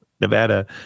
Nevada